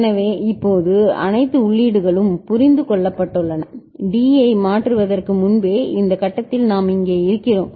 எனவே இப்போது அனைத்து உள்ளீடுகளும் புரிந்து கொள்ளப்பட்டுள்ளன D ஐ மாற்றுவதற்கு முன்பே இந்த கட்டத்தில் நாம் இங்கே இருக்கிறோம்